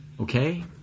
okay